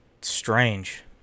strange